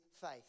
faith